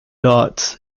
dots